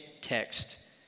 text